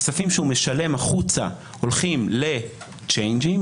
הכספים שהוא משלם החוצה הולכים לצ'יינג'ים,